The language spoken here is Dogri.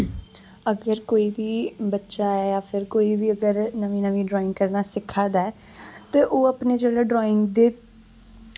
अगर कोई बी बच्चा जां फिर कोई बी अगर नमीं नमीं ड्राइंग करना सिक्खा दा ऐ ते ओह् अपने जेह्ड़े ड्राइंग दे